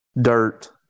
Dirt